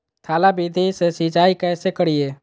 थाला विधि से सिंचाई कैसे करीये?